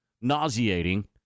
nauseating